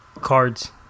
cards